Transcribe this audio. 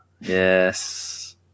Yes